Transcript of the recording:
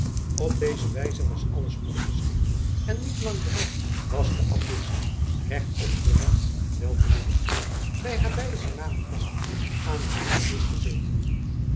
op deze wijze was alles spoedig geschikt en niet lang daarna was de abdis recht opgeruimd en wel te moede bij naar beide voorname gasten aan een goeden disch gezeten